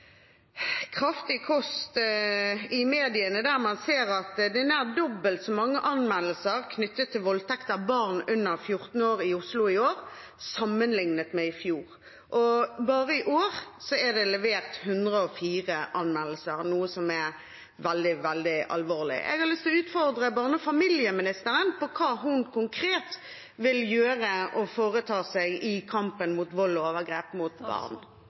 kraftig kost i mediene, der man ser at det er nær dobbelt så mange anmeldelser knyttet til voldtekt av barn under 14 år i Oslo i år sammenlignet med i fjor. Bare i år er det levert 104 anmeldelser, noe som er veldig, veldig alvorlig. Jeg har lyst til å utfordre barne- og familieministeren på hva hun konkret vil foreta seg i kampen mot vold og overgrep mot barn.